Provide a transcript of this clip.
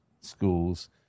schools